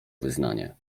wyznanie